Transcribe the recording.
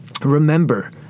remember